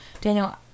Daniel